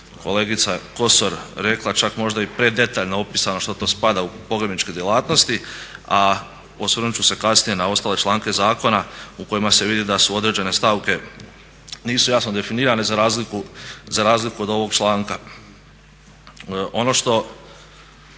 kolegica Kosor rekla čak možda i predetaljno opisano što to spada u pogrebničke djelatnosti a osvrnut ću se kasnije na ostale članke zakona u kojima se vidi da su određene stavke, nisu jasno definirane za razliku od ovog članka. Ono što